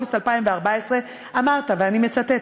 באוגוסט 2014, אמרת, ואני מצטטת: